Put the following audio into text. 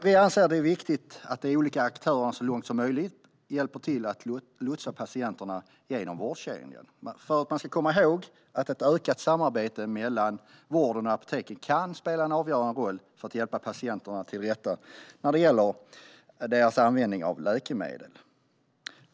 Vi anser att det är viktigt att de olika aktörerna så långt som möjligt hjälper till med att lotsa patienterna genom vårdkedjan. Man ska komma ihåg att ett ökat samarbete mellan vården och apoteken kan spela en avgörande roll för att hjälpa patienterna till rätta när det gäller deras användning av läkemedel.